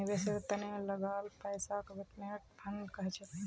निवेशेर त न लगाल पैसाक इन्वेस्टमेंट फण्ड कह छेक